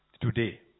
today